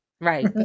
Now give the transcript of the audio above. Right